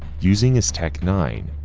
using his tech nine,